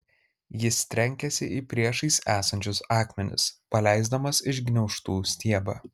jis trenkėsi į priešais esančius akmenis paleisdamas iš gniaužtų stiebą